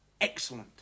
excellent